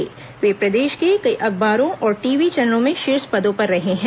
र्वे प्रदेश के कई अखबारों और टीवी चैनलों में शीर्ष पदों पर रहे हैं